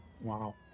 Wow